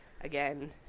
Again